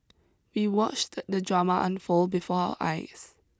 we watched the drama unfold before our eyes